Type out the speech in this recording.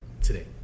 today